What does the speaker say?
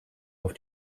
auf